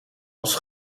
was